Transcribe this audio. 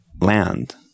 land